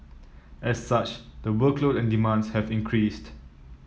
as such the workload and demands have increased